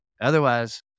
Otherwise